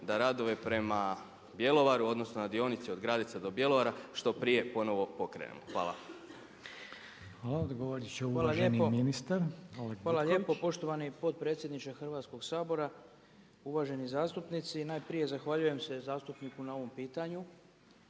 da radove prema Bjelovaru, odnosno na dionici od Gradeca do Bjelovara što prije ponovno pokrenu. Hvala. **Reiner, Željko (HDZ)** Hvala. Odgovorit će uvaženi ministar. **Butković, Oleg (HDZ)** Hvala lijepo poštovani potpredsjedniče Hrvatskog sabora, uvaženi zastupnici. Najprije zahvaljujem se zastupniku na ovom pitanju.